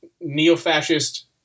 neo-fascist